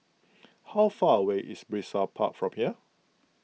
how far away is Brizay Park from here